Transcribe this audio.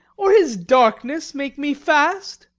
or his darkness make me fast?